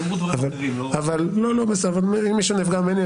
אם מישהו נפגע ממני,